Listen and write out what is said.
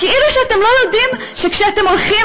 כאילו שאתם לא יודעים שכשאתם הולכים